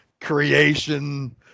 creation